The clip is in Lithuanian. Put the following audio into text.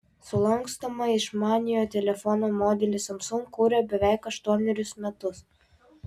sulankstomą išmaniojo telefono modelį samsung kūrė beveik aštuonerius metus